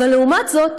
אבל לעומת זאת,